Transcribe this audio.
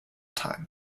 time